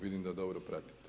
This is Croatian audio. Vidim da dobro pratite.